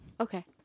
Okay